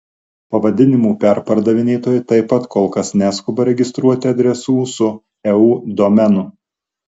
pavadinimų perpardavinėtojai taip pat kol kas neskuba registruoti adresų su eu domenu